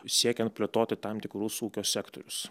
siekiant plėtoti tam tikrus ūkio sektorius